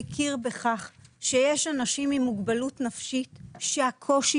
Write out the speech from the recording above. מכיר בכך שיש אנשים עם מוגבלות נפשית שהקושי